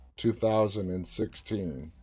2016